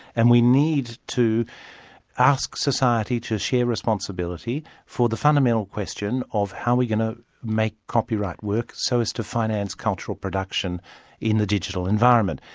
and we need to ask society to share responsibility for the fundamental question of how we're going to make copyright work, so as to finance cultural production in the digital environment.